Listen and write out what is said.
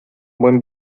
buen